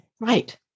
Right